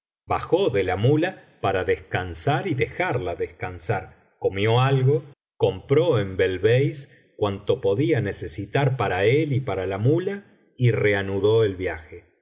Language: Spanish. bajó de la muía para descansar y dejarla descansar comió algo compró en belbeis cuanto podía necesitar para él y para la muía y reanudó el viaje